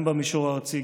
גם במישור הארצי,